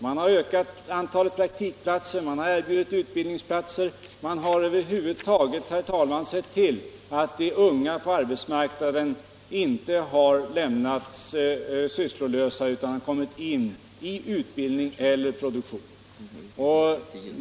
Man har ökat antalet praktikplatser, man har erbjudit utbildningsplatser, man har över huvud taget sett till att de unga på arbetsmarknaden inte har lämnats sysslolösa utan kommit in i utbildning eller produktion.